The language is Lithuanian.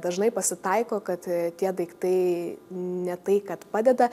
dažnai pasitaiko kad tie daiktai ne tai kad padeda